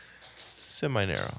semi-narrow